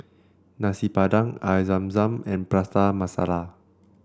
Nasi Padang Air Zam Zam and Prata Masala